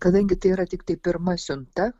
kadangi tai yra tiktai pirma siunta